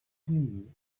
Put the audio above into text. knew